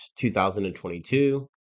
2022